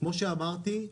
כמו שאמרתי,